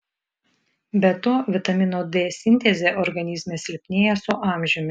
be to vitamino d sintezė organizme silpnėja su amžiumi